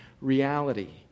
reality